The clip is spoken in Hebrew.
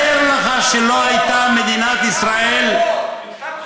תאר לך שלא הייתה מדינת ישראל, מתקן חולות.